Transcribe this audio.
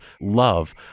love